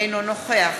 אינו נוכח